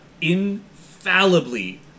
infallibly